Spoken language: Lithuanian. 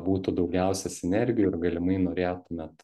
būtų daugiausia sinergijų ir galimai norėtumėt